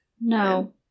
No